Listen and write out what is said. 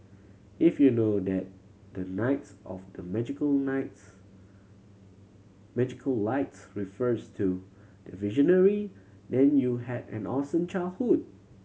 if you know that the knights of the magical nights magical lights refers to the Visionary then you had an awesome childhood